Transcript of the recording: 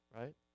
right